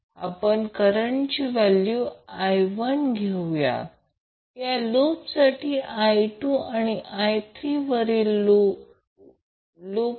आपण करंटची किंमत I1 देऊया या लूपसाठी I2 आणि I3 वरील लूपसाठी